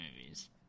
movies